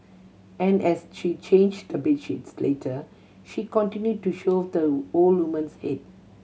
and as she changed the bed sheets later she continued to shove the old woman's head